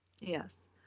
Yes